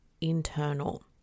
internal